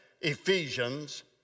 Ephesians